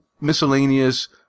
Miscellaneous